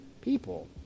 people